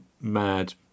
mad